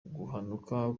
guhanuka